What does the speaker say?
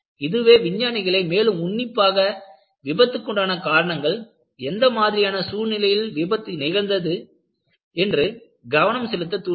இதுவே விஞ்ஞானிகளை மேலும் உன்னிப்பாக விபத்துக்குண்டான காரணங்கள்எந்த மாதிரியான சூழ்நிலையில் விபத்து நிகழ்ந்தது என்று கவனம் செலுத்த தூண்டியது